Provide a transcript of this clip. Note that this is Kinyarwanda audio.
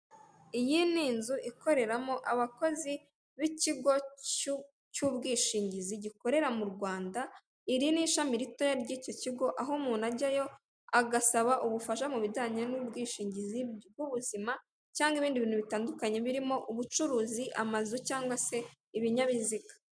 Iyi ni inzu ikoreramo abakozi b'ikigo cy'ubwishingizi gikoreramo mu Rwanda, iri ni ishami ritoya ry'iki kigo aho umuntu ajyayo agasaba ubufasha mu bijyanye bw'ubwishingizi bw'ubuzima cyangwa ibindi bintu bitandukanye birimo ubucuruzi, amazu cyangwa ibinyabiziga.